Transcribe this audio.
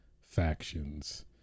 Factions